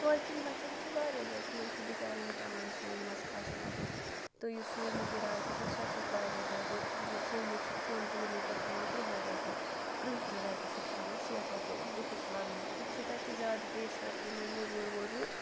تور کٮ۪ن بَچَن چھِ واریاہ زیادٕ تِمَن چھِ بِچارٮ۪ن پٮ۪وان سوموَس کھسُن وَسُن تہٕ یُس سوموٗ کراے تہِ چھَکھ سۄ چھَکھ واریاہ زیادٕ مطلب سوموٗ چھُکھ ژۄن کِلوٗ میٖٹرَن ہٮ۪وان تٕرٛہَے رۄپیہِ تٕرٛہ تٕرٛہ رۄپیہِ چھُکھ ہٮ۪وان شیٹھ رۄپیہِ دۄہس لَگان ہُتہِ چھِ تَتہِ زیادٕ پیشہ یِمَے مزوٗر وزوٗر